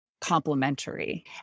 complementary